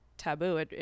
taboo